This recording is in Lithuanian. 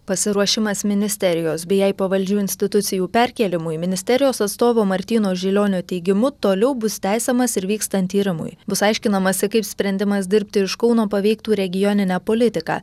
pasiruošimas ministerijos bei jai pavaldžių institucijų perkėlimui ministerijos atstovo martyno žilionio teigimu toliau bus tęsiamas ir vykstant tyrimui bus aiškinamasi kaip sprendimas dirbti iš kauno paveiktų regioninę politiką